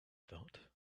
thought